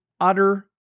utter